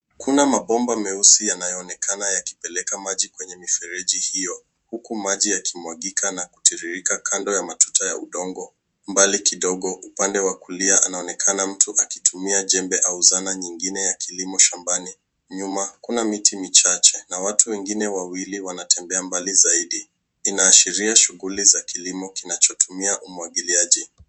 Kuna mabomba meusi yanayoonekana yakipeleka maji kwenye mifereji hiyo huku maji yakimwagika na kutiririka kando ya matuta ya udongo. Mbali kidogo, upande wa kulia, unaonelana mtu akitumia jembe au zana nyingine ya kilimo shambani. Nyuma, kuna miti michache na watu wengine wawili wanatembea mbali zaidi. Inaashiria shughuli za kilimo kinachotumia umwagiliaji.